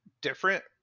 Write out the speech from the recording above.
different